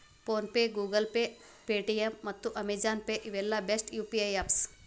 phone pay, Google pay, Paytm ಮತ್ತ Amazon pay ಇವೆಲ್ಲ best UPI apps